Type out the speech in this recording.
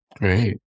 Right